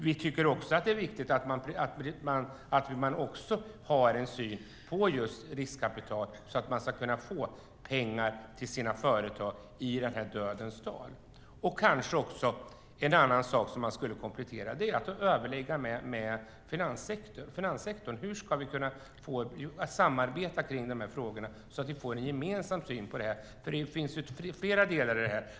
Vi tycker också att det är viktigt att man har en syn på just riskkapital för att kunna få pengar till sina företag i "dödens dal". En annan sak som man skulle kunna komplettera med är att överlägga med finanssektorn: Hur ska vi kunna samarbeta kring dessa frågor så att vi får en gemensam syn? Det finns flera delar i det här.